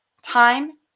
Time